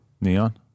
Neon